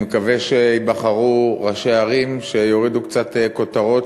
אני מקווה שייבחרו ראשי ערים שיורידו קצת כותרות